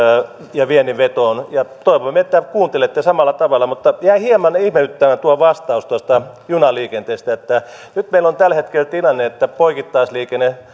ja viennin vetoon ja toivomme että kuuntelette samalla tavalla mutta jäi hieman ihmetyttämään tuo vastaus tuosta junaliikenteestä nyt meillä on tällä hetkellä tilanne että poikittaisliikenne